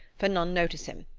for none notice him.